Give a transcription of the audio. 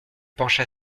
pencha